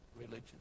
religion